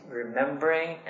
remembering